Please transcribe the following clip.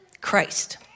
Christ